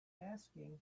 asking